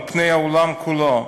על פני העולם כולו,